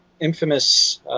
infamous